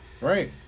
Right